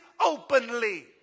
openly